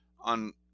on